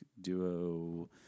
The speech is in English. duo